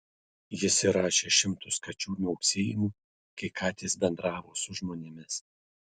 jis įrašė šimtus kačių miauksėjimų kai katės bendravo su žmonėmis